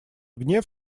гнев